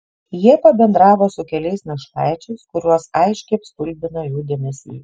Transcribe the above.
jie pabendravo su keliais našlaičiais kuriuos aiškiai apstulbino jų dėmesys